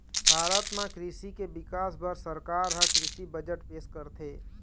भारत म कृषि के बिकास बर सरकार ह कृषि बजट पेश करथे